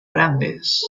grandes